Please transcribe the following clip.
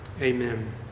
Amen